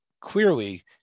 clearly